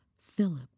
Philip